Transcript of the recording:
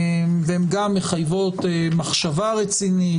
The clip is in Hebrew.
והן גם מחייבות מחשבה רצינית.